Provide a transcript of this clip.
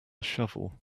shovel